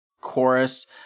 chorus